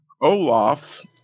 Olaf's